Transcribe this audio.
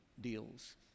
deals